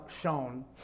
shown